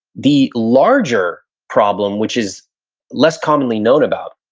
the larger problem, which is less commonly known about,